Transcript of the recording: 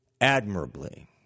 admirably